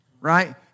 right